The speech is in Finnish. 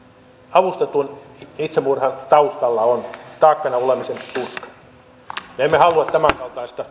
avustetun itsemurhan taustalla on taakkana olemisen tuska me emme halua tämänkaltaista